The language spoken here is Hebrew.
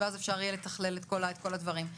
ואז אפשר יהיה לתכלל את כל הדברים.